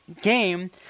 game